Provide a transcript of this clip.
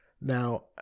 Now